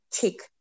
take